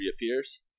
reappears